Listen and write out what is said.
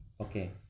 okay